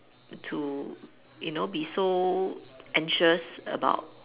to you know be so anxious about